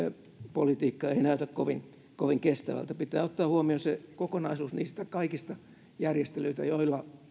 politiikka ei ei näytä kovin kovin kestävältä pitää ottaa huomioon se kokonaisuus niistä kaikista järjestelyistä joilla